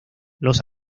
los